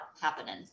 happening